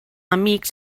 amics